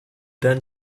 then